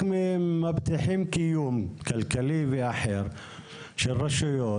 אנחנו מבטיחים קיום כלכלי ואחר של רשויות.